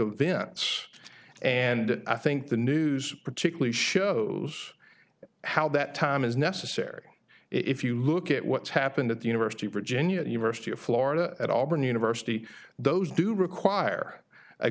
dramatic vents and i think the news particularly shows how that time is necessary if you look at what's happened at the university of virginia university of florida at albany university those do require a